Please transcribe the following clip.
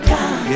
God